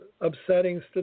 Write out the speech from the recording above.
upsetting